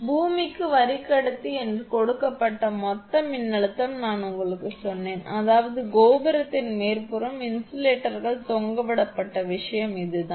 பூமிக்கு வரி கடத்தி என்று கொடுக்கப்பட்ட மொத்த மின்னழுத்தம் நான் உங்களுக்குச் சொன்னேன் அதாவது கோபுரத்தின் மேற்புறம் இன்சுலேட்டர்கள் தொங்கவிடப்பட்ட விஷயம் இதுதான்